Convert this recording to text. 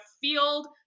field